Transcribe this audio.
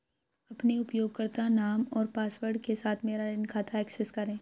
अपने उपयोगकर्ता नाम और पासवर्ड के साथ मेरा ऋण खाता एक्सेस करें